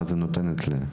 מה זה נותן לי?